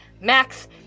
Max